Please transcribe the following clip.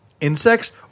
insects